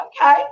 okay